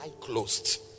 closed